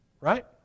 Right